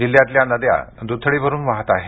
जिल्हयातल्या नद्या द्थडी भरून वाहत आहेत